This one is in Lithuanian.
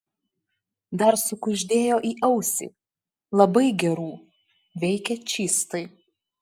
dar sukuždėjo į ausį labai gerų veikia čystai